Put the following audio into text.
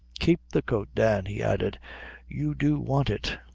keep the coat, dan, he added you do want it.